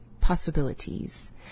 possibilities